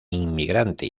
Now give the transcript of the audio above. inmigrante